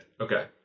Okay